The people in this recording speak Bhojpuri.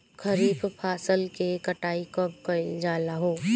खरिफ फासल के कटाई कब कइल जाला हो?